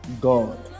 god